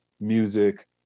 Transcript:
music